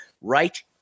right